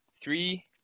Three